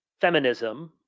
feminism